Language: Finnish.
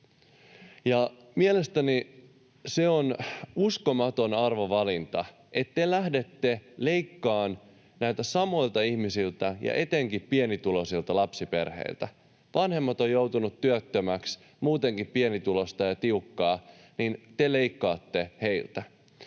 Mielestäni se on uskomaton arvovalinta, että te lähdette leikkaamaan näiltä samoilta ihmisiltä ja etenkin pienituloisilta lapsiperheiltä. Kun vanhemmat ovat joutuneet työttömiksi, on muutenkin pienituloista ja tiukkaa, niin te leikkaatte heiltä.